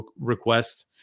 request